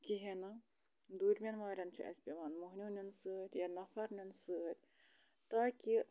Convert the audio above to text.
کِہیٖنۍ نہٕ دوٗرمٮ۪ن وارٮ۪ن چھِ اَسہِ پٮ۪وان موٚہنِو نیُن سۭتۍ یا نَفَر نیُن سۭتۍ تاکہِ